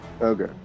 Okay